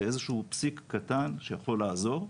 זה איזשהו פסיק קטן שיכול לעזור.